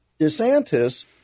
DeSantis